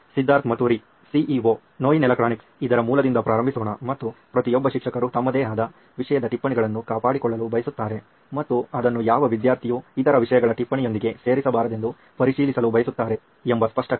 Siddharth Maturi CEO ನೋಯಿನ್ electronics ಇದರ ಮೂಲದಿಂದ ಪ್ರಾರಂಭಿಸೋಣ ಮತ್ತು ಪ್ರತಿಯೊಬ್ಬ ಶಿಕ್ಷಕರು ತಮ್ಮದೇ ಆದ ವಿಷಯದ ಟಿಪ್ಪಣಿಗಳನ್ನು ಕಾಪಾಡಿಕೊಳ್ಳಲು ಬಯಸುತ್ತಾರೆ ಮತ್ತು ಅದನ್ನು ಯಾವ ವಿದ್ಯಾರ್ಥಿಯೂ ಇತರ ವಿಷಯಗಳ ಟಿಪ್ಪಣಿಗಳೊಂದಿಗೆ ಸೇರಿಸಬಾರದೆಂದು ಪರಿಶೀಲಿಸಲು ಬಯಸುತ್ತಾರೆ ಎಂಬ ಸ್ಪಷ್ಟ ಕಾರಣಕ್ಕಾಗಿ